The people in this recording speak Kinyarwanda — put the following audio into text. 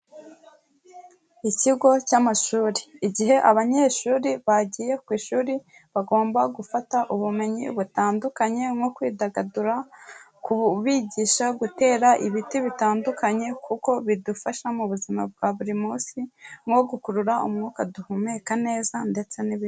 Ikigo cy'amashuri igihe abanyeshuri bagiye ku ishuri bagomba gufata ubumenyi butandukanye nko kwidagadura, kugisha gutera ibiti bitandukanye kuko bidufasha mubuzima bwa buri munsi nko gukurura umwuka duhumeka neza ndetse n'ibindi.